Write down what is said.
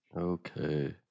Okay